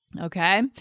Okay